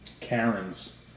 Karen's